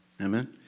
Amen